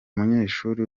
munyeshuri